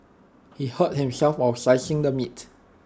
he hurt himself while slicing the meat